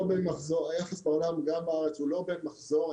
היחס בעולם, גם בארץ, הוא לא בין מחזור.